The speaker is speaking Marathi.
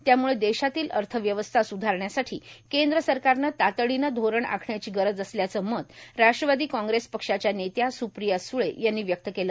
त्यामूळं देशातील अर्थव्यवस्था स्धारण्यासाठी केंद्र सरकारनं तातडीनं धोरण आखण्याची गरज आहे असं मत राष्ट्रवादी काँग्रेस पक्षाच्या नेत्या सुप्रिया सुळे यांनी व्यक्त केलं